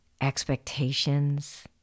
expectations